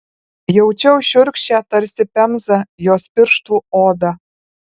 jaučiau šiurkščią tarsi pemza jos pirštų odą